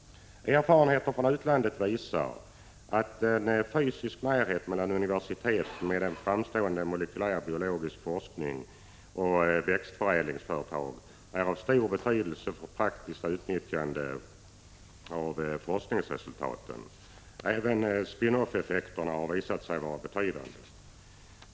Erfarenheter från utlandet visar att fysisk närhet mellan universitet med en framstående molekylär biologisk forskning och växtförädlingsföretag har stor betydelse för praktiskt utnyttjande av forskningsresultaten. Även spin off-effekterna har visat sig vara betydande.